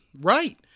Right